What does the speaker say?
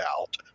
out